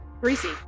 Greasy